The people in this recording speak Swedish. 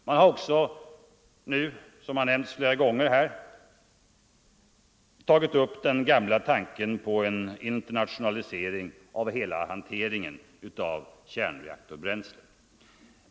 Man har också nu, som här har nämnts flera gånger, tagit upp den gamla tanken på en internationalisering av hela hanteringen av kärnreaktorbränsle.